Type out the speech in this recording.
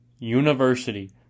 University